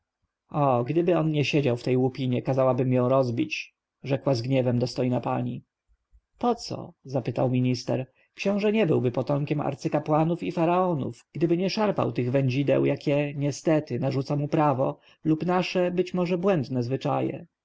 o gdyby nie on siedział w tej łupince kazałabym ją rozbić rzekła z gniewem dostojna pani poco spytał minister książę nie byłby potomkiem arcykapłanów i faraonów gdyby nie szarpał tych wędzideł jakie niestety narzuca mu prawo lub nasze być może błędne zwyczaje